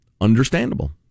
understandable